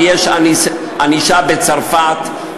ויש ענישה בצרפת,